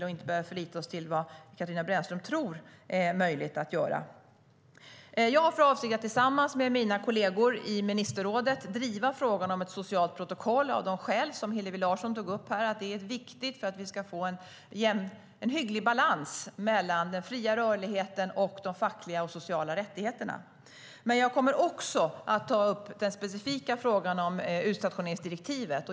Vi ska inte behöva förlita oss på vad Katarina Brännström tror är möjligt att göra. Jag kommer också att ta upp den specifika frågan om utstationeringsdirektivet.